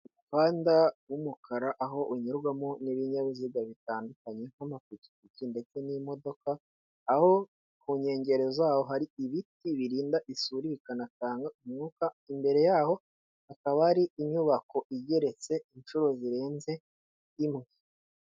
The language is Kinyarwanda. Umuhanda w'umukara, aho unyurwamo n'ibinyabiziga bitandukanye, nk'amapikipiki, ndetse n'imodoka, aho ku nkengero zaho hari ibiti birinda isuri, bikanatanga umwuka, imbere yaho hakaba hari inyubako, igeretse inshuro zirenze imwe.